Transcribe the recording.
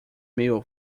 meal